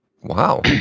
Wow